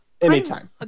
anytime